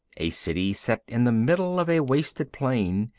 a city set in the middle of a wasted plain,